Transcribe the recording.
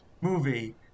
movie